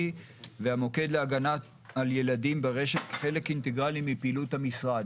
והמוקד להגנה על ילדים ברשת כחלק אינטגרלי מפעילות המשרד.